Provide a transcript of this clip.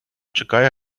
чекає